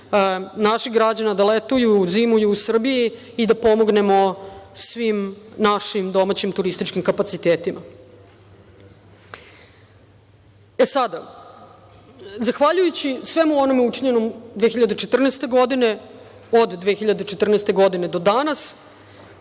naših građana da letuju, zimuju u Srbiji i da pomognemo svim našim domaćim turističkim kapacitetima. Zahvaljujući svemu onome učinjenom od 2014. godine do danas,